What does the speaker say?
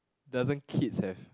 doesn't kids have